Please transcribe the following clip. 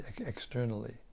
externally